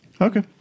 Okay